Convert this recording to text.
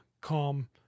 calm